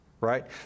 right